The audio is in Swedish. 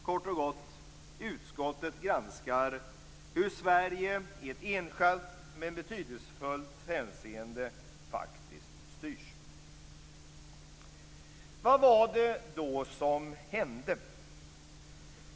Kort och gott: Utskottet granskar hur Sverige i ett enskilt men betydelsefullt hänseende faktiskt styrs. Vad var det då som hände?